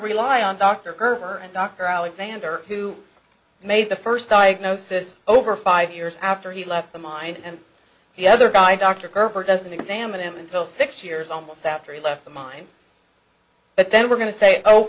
rely on dr current dr alexander who made the first diagnosis over five years after he left the mine and the other guy dr perper doesn't examine him until six years almost after he left the mine but then we're going to say oh